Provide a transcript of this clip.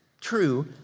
true